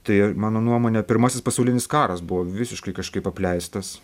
tai mano nuomone pirmasis pasaulinis karas buvo visiškai kažkaip apleistas